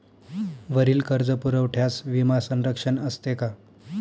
वरील कर्जपुरवठ्यास विमा संरक्षण असते का?